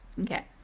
Okay